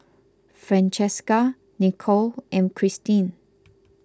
Francesca Nichole and Christine